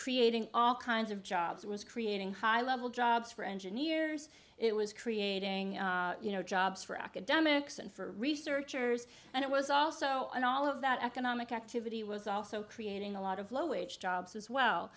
creating all kinds of jobs it was creating high level jobs for engineers it was creating jobs for academics and for researchers and it was also an all of that economic activity was also creating a lot of low wage jobs as well